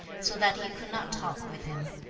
so that he could not talk with him.